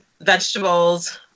vegetables